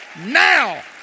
now